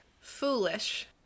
foolish